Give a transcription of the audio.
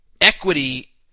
Equity